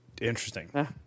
Interesting